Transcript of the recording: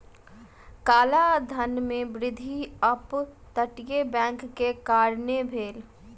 काला धन में वृद्धि अप तटीय बैंक के कारणें भेल